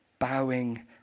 bowing